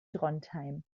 trondheim